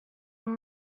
were